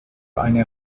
eine